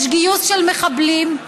יש גיוס של מחבלים,